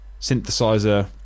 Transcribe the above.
synthesizer